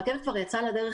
הרכבת כבר יצאה לדרך,